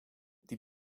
die